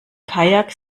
kajak